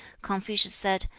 confucius said,